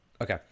Okay